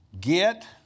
get